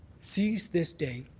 seize this day,